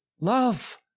Love